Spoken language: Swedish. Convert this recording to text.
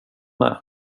med